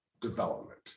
development